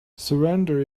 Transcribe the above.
surrender